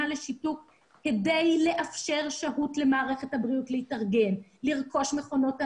לשיתוק כדי לאפשר זמן למערכת הבריאות להתארגן לרכוש מכונות הנשמה,